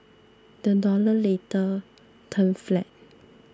the dollar later turned flat